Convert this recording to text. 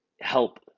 help